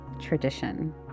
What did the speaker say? tradition